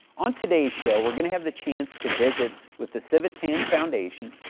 on today's show, we're going to have the chance to visit with the civitan foundation,